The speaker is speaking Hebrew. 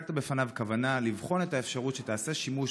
והצגת בפניו כוונה לבחון את האפשרות שתעשה שימוש